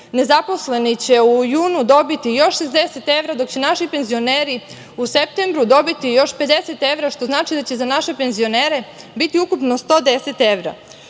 nezaposleni će u junu dobiti još 60 evra, dok će naši penzioneri u septembru dobiti još 60 evra, što znači da će za naše penzionere biti ukupno 110 evra. Ovim